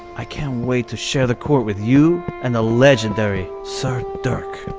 i can't wait to share the court with you and the legendary ser dirk.